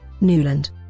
Newland